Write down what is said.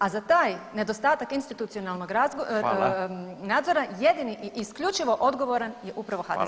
A za taj nedostatak institucionalnog nadzora jedini [[Upadica: Hvala.]] i isključivo odgovoran je upravo HDZ.